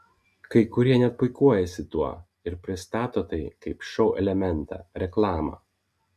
kai kurie net puikuojasi tuo ir pristato tai kaip šou elementą reklamą